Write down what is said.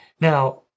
Now